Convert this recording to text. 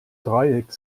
dreieck